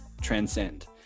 transcend